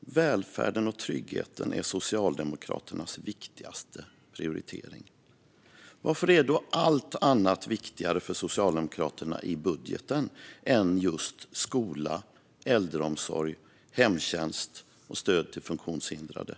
Välfärden och tryggheten är Socialdemokraternas viktigaste prioritering. Varför är då allt annat viktigare för Socialdemokraterna i budgeten än just skola, äldreomsorg, hemtjänst och stöd till funktionshindrade?